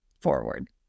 forward